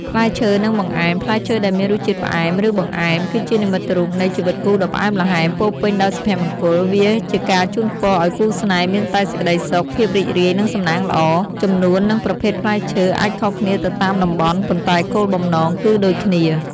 ផ្លែឈើ និងបង្អែម: ផ្លែឈើដែលមានរសជាតិផ្អែម ឬបង្អែម គឺជានិមិត្តរូបនៃ ជីវិតគូដ៏ផ្អែមល្ហែម ពោរពេញដោយសុភមង្គល។ វាជាការជូនពរឲ្យគូស្នេហ៍មានតែសេចក្តីសុខ ភាពរីករាយ និងសំណាងល្អ។ ចំនួន និងប្រភេទផ្លែឈើអាចខុសគ្នាទៅតាមតំបន់ ប៉ុន្តែគោលបំណងគឺដូចគ្នា។